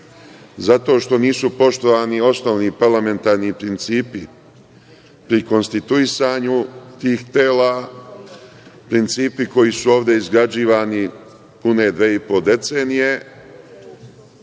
zato što nisu poštovani osnovni parlamentarni principi pri konstituisanju tih tela, principi koji su ovde izgrađivani pune dve i po decenije,